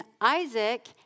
Isaac